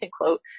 quote